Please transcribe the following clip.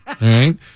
right